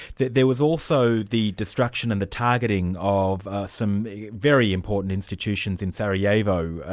there there was also the destruction and the targeting of some very important institutions in sarajevo.